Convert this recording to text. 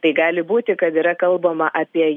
tai gali būti kad yra kalbama apie